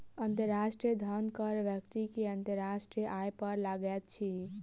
अंतर्राष्ट्रीय धन कर व्यक्ति के अंतर्राष्ट्रीय आय पर लगैत अछि